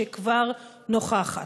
שכבר נוכחת.